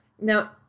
Now